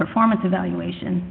performance evaluation